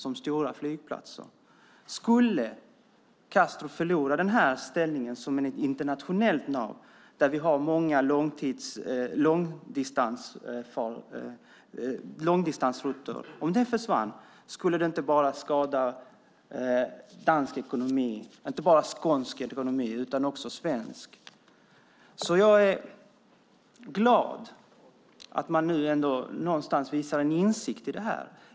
Om Kastrup skulle förlora ställningen som ett internationellt nav, där man har många långdistansrutter, skadar det inte bara dansk ekonomi och skånsk ekonomi utan också svensk. Jag är glad att man nu ändå någonstans visar en insikt i det här.